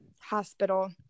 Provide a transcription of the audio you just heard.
hospital